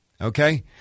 Okay